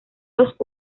los